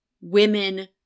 women